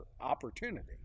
opportunity